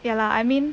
ya lah I mean